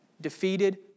Defeated